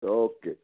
okay